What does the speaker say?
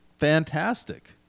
fantastic